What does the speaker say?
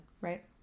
right